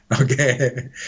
Okay